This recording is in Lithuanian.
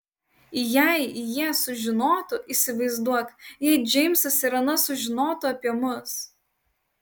jei jie sužinotų įsivaizduok jei džeimsas ir ana sužinotų apie mus